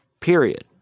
period